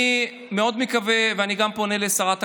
אני מאוד מקווה, ואני גם פונה לשרת הקליטה,